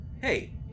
hey